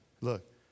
Look